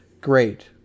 great